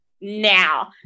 now